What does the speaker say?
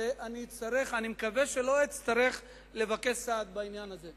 ואני מקווה שלא אצטרך לבקש סעד בעניין הזה.